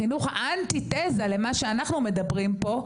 החינוך האנטי-תזה למה שאנחנו מדברים פה,